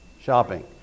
shopping